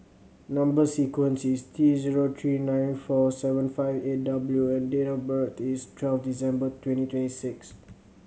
number sequence is T zero three nine four seven five eight W and date of birth is twelve December twenty twenty six